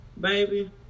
Baby